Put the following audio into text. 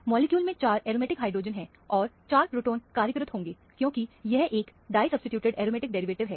molecule में 4 aromatic hydrogen हैं और 4 प्रोटॉन कार्यरत होंगे क्योंकि यह एक डाईसब्सीट्यूटेड एरोमेटिक डेरिवेटिव है